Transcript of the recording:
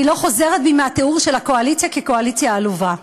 אני לא חוזרת בי מהתיאור של הקואליציה כקואליציה עלובה.